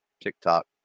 TikTok